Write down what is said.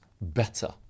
better